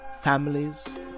families